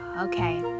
Okay